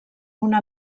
una